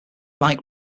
like